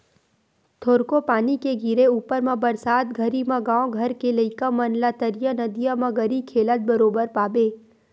थोरको पानी के गिरे ऊपर म बरसात घरी म गाँव घर के लइका मन ला तरिया नदिया म गरी खेलत बरोबर पाबे